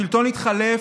השלטון התחלף,